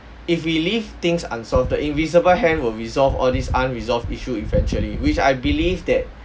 if we leave things unsolved the invisible hand will resolve all these unresolved issue eventually which I believe that